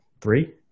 three